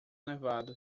nevado